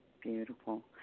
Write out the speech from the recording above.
Beautiful